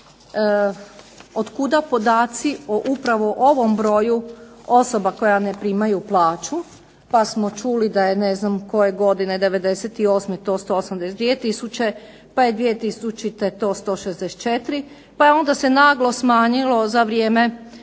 od kuda podaci o upravo ovom broju osoba koje ne primaju plaću, pa smo čuli da je ne znam koje godine '98. to 182000, pa je 2000. to 164. pa je onda se naglo smanjilo za vrijeme